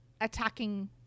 attacking